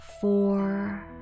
four